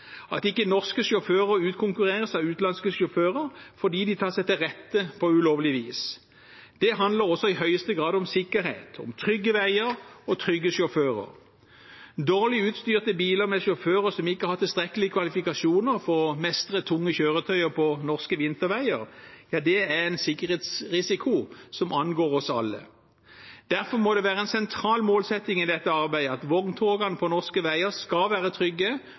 at ikke norske sjåfører utkonkurreres av utenlandske sjåfører fordi de tar seg til rette på ulovlig vis. Det handler også i høyeste grad om sikkerhet, om trygge veier og trygge sjåfører. Dårlig utstyrte biler med sjåfører som ikke har tilstrekkelige kvalifikasjoner for å mestre tunge kjøretøyer på norske vinterveier, er en sikkerhetsrisiko som angår oss alle. Derfor må det være en sentral målsetting i dette arbeidet at vogntogene på norske veier skal være trygge